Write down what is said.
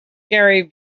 gary